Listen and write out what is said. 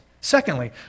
Secondly